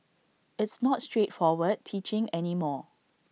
it's not straightforward teaching any more